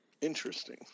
Interesting